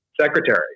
secretary